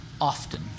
often